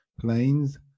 planes